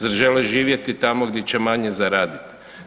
Zar žele živjeti tamo gdje će manje zaradit?